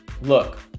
look